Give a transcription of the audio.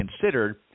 considered